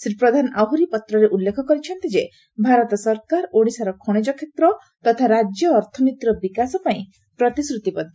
ଶ୍ରୀ ପ୍ରଧାନ ଆହୁରି ପତ୍ରରେ ଉଲ୍ଲେଖ କରିଛନ୍ତି ଯେ ଭାରତ ସରକାର ଓଡ଼ିଶାର ଖଶିଜ କ୍ଷେତ୍ର ତଥା ରାକ୍ୟ ଅର୍ଥନୀତିର ବିକାଶ ପାଇଁ ପ୍ରତିଶ୍ରତିବଦ୍ଧ